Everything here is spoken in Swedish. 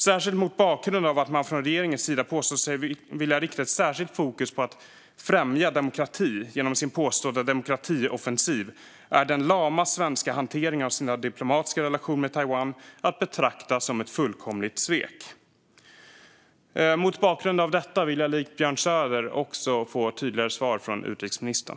Särskilt mot bakgrund av att regeringen påstår sig vilja rikta särskilt fokus mot att främja demokrati genom sin påstådda demokratioffensiv är den lama svenska hanteringen av de diplomatiska relationerna med Taiwan att betrakta som ett fullkomligt svek. Mot bakgrund av detta vill jag, likt Björn Söder, få tydligare svar från utrikesministern.